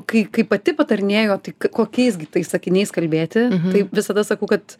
kai kai pati patarinėju tai k kokiais gi tai sakiniais kalbėti taip visada sakau kad